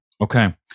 Okay